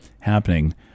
happening